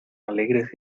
alegres